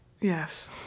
Yes